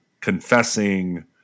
confessing